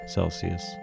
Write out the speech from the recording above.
Celsius